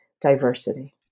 diversity